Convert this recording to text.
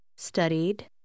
Studied